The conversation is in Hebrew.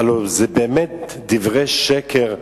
הלוא אלה באמת דברי שקר במוצהר.